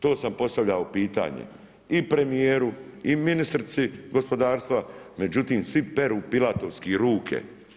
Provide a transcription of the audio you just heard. To sam postavio pitanje i premjeru i ministrici gospodarstva, međutim, svi peru pilatorski ruke.